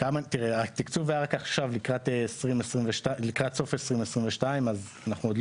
התקצוב היה רק עכשיו לקראת סוף 2022 אז אנחנו לא